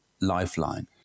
lifeline